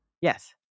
Yes